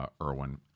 Erwin